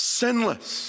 sinless